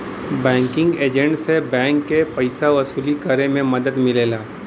banking agent से bank के पइसा वसूली करे में मदद मिलेला